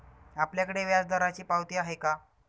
आपल्याकडे व्याजदराची पावती आहे का?